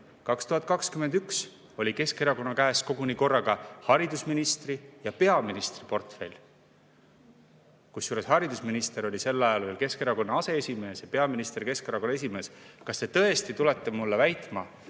2016–2021 oli Keskerakonna käes korraga koguni haridusministri ja peaministri portfell. Kusjuures haridusminister oli sel ajal veel Keskerakonna aseesimees ja peaminister Keskerakonna esimees. Kas te tõesti tulete mulle väitma,